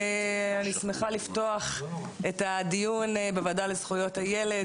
אני שמחה לפתוח את הדיון המיוחד בוועדה לזכויות הילד,